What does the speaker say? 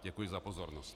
Děkuji za pozornost.